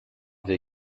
wir